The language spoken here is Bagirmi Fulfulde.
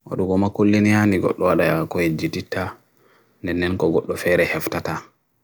Wadu gomakuli niya, ni gotluwadayak kwejjitita, nene nkogotlu fere heftata.